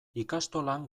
ikastolan